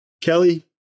Kelly